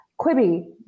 Quibi